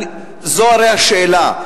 זו הרי השאלה.